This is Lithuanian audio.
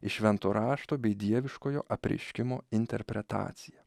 į švento rašto bei dieviškojo apreiškimo interpretaciją